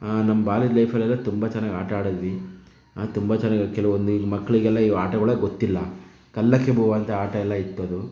ನಮ್ಮ ಬಾಲ್ಯದ ಲೈಫಲ್ಲೆಲ್ಲ ತುಂಬ ಚೆನ್ನಾಗಿ ಆಟ ಆಡಿದ್ವಿ ತುಂಬ ಚೆನ್ನಾಗಿ ಕೆಲವೊಂದು ಈಗಿನ ಮಕ್ಕಳಿಗೆಲ್ಲ ಈ ಆಟಗಳೇ ಗೊತ್ತಿಲ್ಲ ಕಲ್ಲಕ್ಕಿಬೂ ಅಂತ ಆಟ ಎಲ್ಲ ಇತ್ತದು